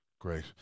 Great